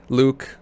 luke